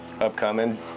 Upcoming